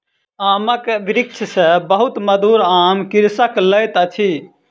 आमक वृक्ष सॅ बहुत मधुर आम कृषक लैत अछि